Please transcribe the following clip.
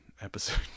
episode